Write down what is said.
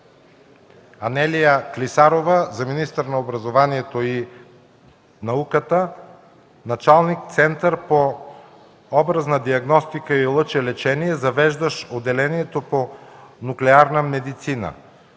Анелия Клисарова – министър на образованието и науката. Началник е на Център по образна диагностика и лъчелечение, завеждащ отделението по нуклеарна медицина.